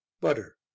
butter